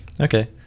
Okay